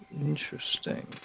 Interesting